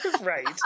Right